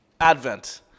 Advent